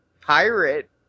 pirate